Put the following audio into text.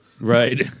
right